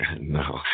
No